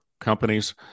companies